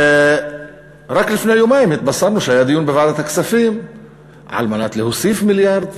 רק לפני יומיים התבשרנו שהיה דיון בוועדת הכספים על מנת להוסיף מיליארד.